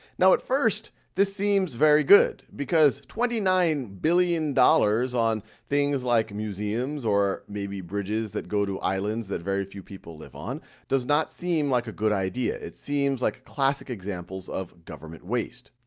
now at first, this seems very good because twenty nine billion dollars on things like museums or maybe bridges that go to islands that very few people live on does not seem like a good idea. it seems like classic examples of government waste.